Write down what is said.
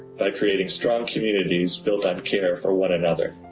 by creating strong communities built on care for one another.